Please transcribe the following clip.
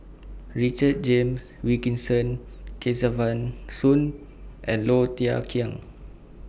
Richard James Wilkinson Kesavan Soon and Low Thia Khiang